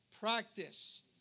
practice